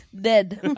Dead